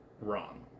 Wrong